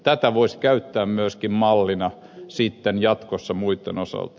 tätä voisi käyttää myöskin mallina jatkossa muitten osalta